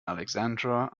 alexandra